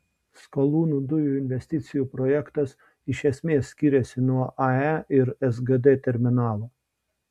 skalūnų dujų investicijų projektas iš esmės skiriasi nuo ae ir sgd terminalo